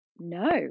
no